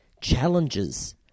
challenges